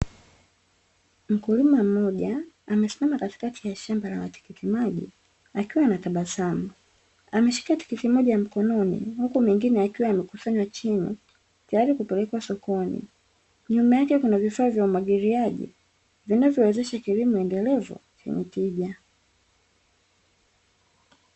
Mkulima mmoja amesimama katikati ya shamba la matikiti maji akiwa ana tabasamu, ameshika tikiti moja mkononi, huku mengine yakiwa yamekusanywa chini, Tayari kupelekwa sokoni. Nyuma yake kuna vifaa vya umwagiliaji vinavyowezesha kilimo endelevu chenye tija.